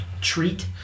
treat